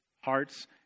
hearts